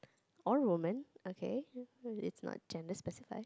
all woman okay is not gender specified